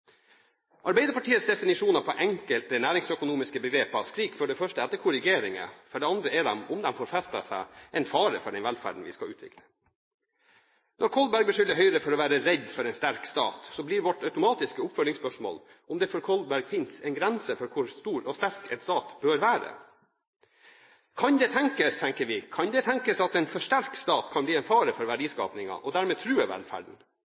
Arbeiderpartiets definisjoner av enkelte næringsøkonomiske begreper skriker for det første etter korrigeringer. For det andre er de, om de får festet seg, en fare for den velferden vi skal utvikle. Når Kolberg beskylder Høyre for å være redd for en sterk stat, blir vårt automatiske oppfølgingsspørsmål om det for Kolberg finnes en grense for hvor stor og sterk en stat bør være. Kan det tenkes, tenker vi, at en for sterk stat kan bli en fare for verdiskapingen og dermed true velferden?